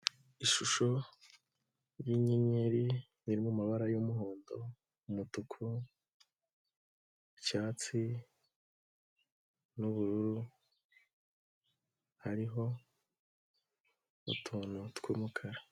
Ishusho y'inyenyeri ririmo amabara y'umuhondo, umutuku, icyatsi n'ubururu, hariho n'utuntu tw'umukara.